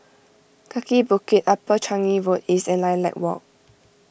Kaki Bukit Upper Changi Road East and Lilac Walk